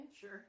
Sure